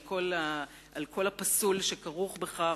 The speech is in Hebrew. על כל הפסול שכרוך בכך,